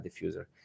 diffuser